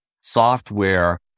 software